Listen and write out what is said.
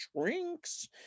drinks